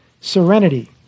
serenity